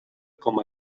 com